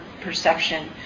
perception